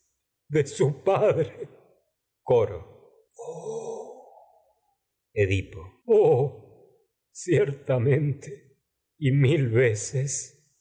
de su padre coro ooh edipo llino de ooh ciertamente y mil veces